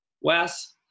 wes